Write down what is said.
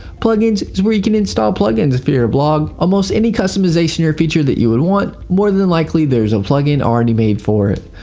plugins is where you can install plugins for your blog. almost any customization or feature that you would want more than likely there is a plugin already made for it.